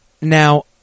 Now